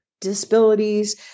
disabilities